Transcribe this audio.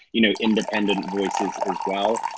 you know independent voices as well.